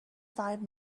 five